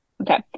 Okay